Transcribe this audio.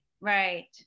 Right